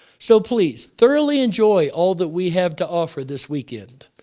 so please, thoroughly enjoy all that we have to offer this weekend,